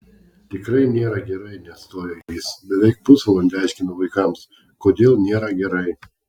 tikrai nėra gerai neatstojo jis beveik pusvalandį aiškinau vaikams kodėl nėra gerai